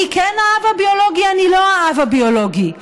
אני כן האב ביולוגי, אני לא האב הביולוגי.